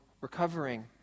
recovering